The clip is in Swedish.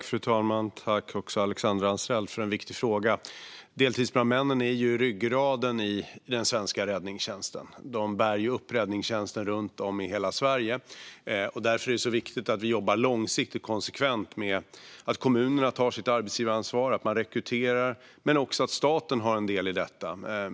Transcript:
Fru talman! Tack, Alexandra Anstrell, för en viktig fråga! Deltidsbrandmännen är ryggraden i den svenska räddningstjänsten. De bär upp räddningstjänsten runt om i hela Sverige, och därför är det viktigt att vi jobbar långsiktigt och konsekvent med att kommunerna tar sitt arbetsgivaransvar och att man rekryterar men också att staten har en del i detta.